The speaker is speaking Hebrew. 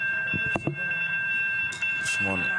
שמונה.